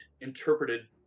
interpreted